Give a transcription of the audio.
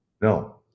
No